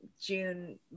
june